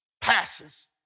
passes